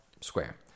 square